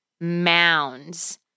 mounds